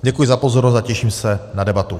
Děkuji za pozornost a těším se na debatu.